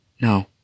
No